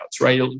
right